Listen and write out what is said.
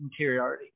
interiority